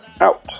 out